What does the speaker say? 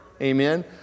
amen